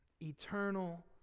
Eternal